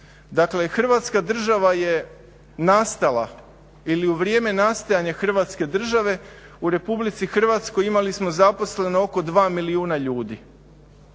Dakle, Hrvatska država je nastala ili u vrijeme nastajanja Hrvatske države u RH imali smo zaposleno oko 2 milijuna ljudi.